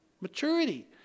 maturity